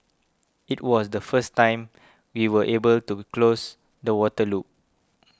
it was the first time we were able to close the water loop